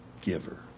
giver